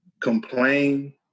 complain